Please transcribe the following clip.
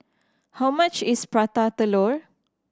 how much is Prata Telur